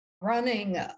running